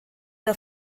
der